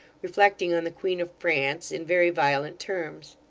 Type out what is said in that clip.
reflecting on the queen of france, in very violent terms.